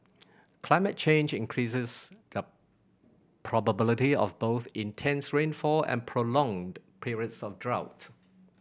climate change increases the probability of both intense rainfall and prolonged periods of drought